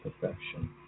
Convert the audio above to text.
perfection